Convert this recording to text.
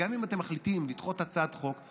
גם אם אתם מחליטים לדחות את הצעת החוק,